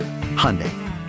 Hyundai